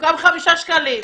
במקום 5 שקלים.